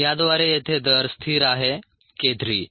याद्वारे येथे दर स्थिर आहे k3